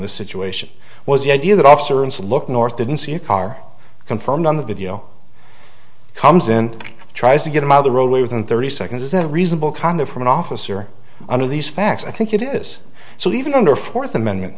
this situation was the idea that officer and said look north didn't see a car confirmed on the video comes in and tries to get him out of the roadway within thirty seconds is that a reasonable comment from an officer under these facts i think it is so even under fourth amendment